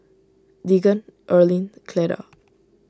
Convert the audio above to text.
Deacon Earlean Cleda